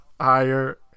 higher